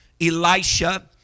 Elisha